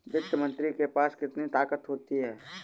वित्त मंत्री के पास कितनी ताकत होती है?